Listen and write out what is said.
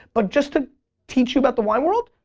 but just to teach you about the wine world,